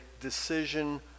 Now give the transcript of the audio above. decision